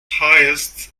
highest